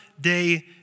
day